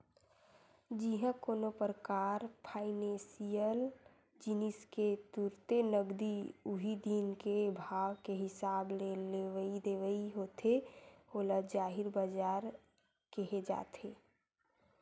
जिहाँ कोनो परकार फाइनेसियल जिनिस के तुरते नगदी उही दिन के भाव के हिसाब ले लेवई देवई होथे ओला हाजिर बजार केहे जाथे